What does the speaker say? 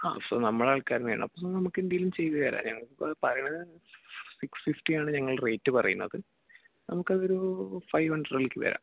ആ സൊ നമ്മടാൾക്കാര് തന്നെയാണ് അപ്പം നമുക്കെന്തേലും ചെയ്തുതരാം ഞങ്ങക്ക് പറയണത് സിക്സ് ഫിഫ്റ്റിയാണ് ഞങ്ങൾ റേറ്റ് പറയുന്നത് നമുക്ക് അതൊരു ഫൈവ് ഹൺഡ്രഡിലേക്ക് വരാം